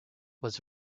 was